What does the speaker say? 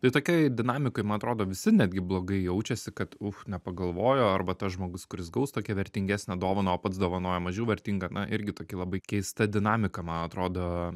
tai tokioj dinamikoj man atrodo visi netgi blogai jaučiasi kad uf nepagalvojo arba tas žmogus kuris gaus tokią vertingesnę dovaną o pats dovanoja mažiau vertingą na irgi tokia labai keista dinamika man atrodo